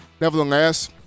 nevertheless